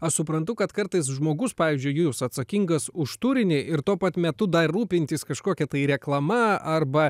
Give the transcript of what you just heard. aš suprantu kad kartais žmogus pavyzdžiui jūs atsakingas už turinį ir tuo pat metu dar rūpintis kažkokia tai reklama arba